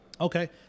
okay